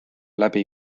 läbi